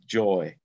joy